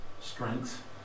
strength